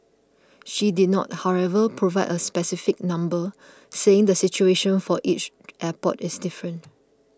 she did not however provide a specific number saying the situation for each airport is different